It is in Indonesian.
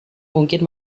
mungkin